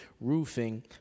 roofing